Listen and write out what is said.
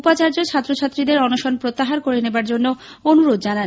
উপাচার্য ছাত্র ছাত্রীদের অনশন প্রত্যাহার করে নেবার জন্যও অনুরোধ জানান